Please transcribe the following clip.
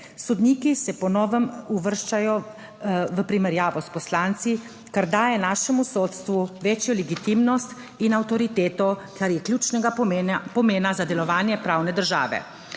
Sodniki se po novem uvrščajo v primerjavo s poslanci, kar daje našemu sodstvu večjo legitimnost in avtoriteto, kar je ključnega pomena za delovanje pravne države.